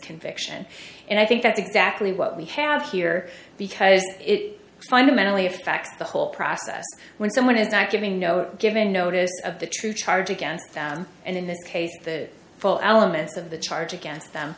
conviction and i think that exactly what we have here because it find a mentally of fact the whole process when someone is giving no given notice of the true charge against them and in the case of the full elements of the charge against them